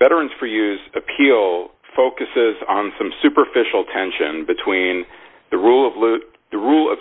veterans for use appeal focuses on some superficial tension between the rule of loose the rule of